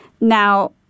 Now